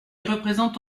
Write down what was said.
représente